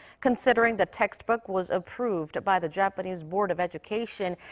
considering the textbook was approved by the japanese board of education,